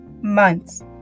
months